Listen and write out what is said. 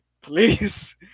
please